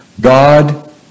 God